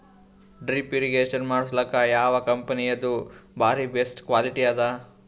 Drip irrigation ಮಾಡಸಲಕ್ಕ ಯಾವ ಕಂಪನಿದು ಬಾರಿ ಬೆಸ್ಟ್ ಕ್ವಾಲಿಟಿ ಅದ?